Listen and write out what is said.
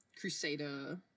crusader